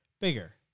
bigger